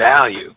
value